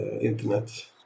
internet